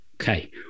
Okay